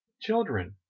children